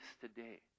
today